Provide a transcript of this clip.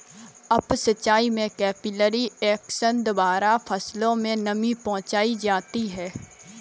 up सिचाई में capillary action द्वारा फसलों में नमी पहुंचाई जाती है